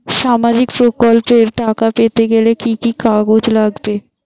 সামাজিক প্রকল্পর টাকা পেতে গেলে কি কি কাগজ লাগবে?